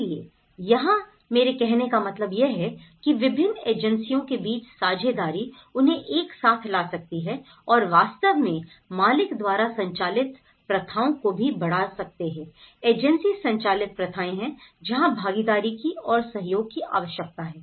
इसलिए यहां मेरे कहने का मतलब यह है कि विभिन्न एजेंसियों के बीच साझेदारी उन्हें एक साथ ला सकती है और वास्तव में मालिक द्वारा संचालित प्रथाओं को भी बढ़ा सकते हैं एजेंसी संचालित प्रथाएं है जहां भागीदारी की और सहयोग की आवश्यकता है